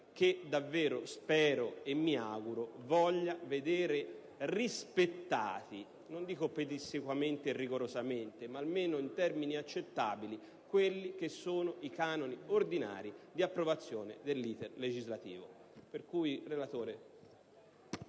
che davvero - spero e mi auguro - voglia vedere rispettati, non dico pedissequamente e rigorosamente, ma almeno in termini accettabili i canoni ordinari dell' *iter* legislativo.